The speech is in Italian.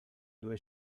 due